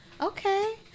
okay